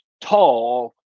tall